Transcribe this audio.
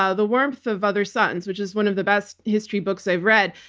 ah the warmth of other suns, which is one of the best history books i've read,